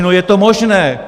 No, je to možné.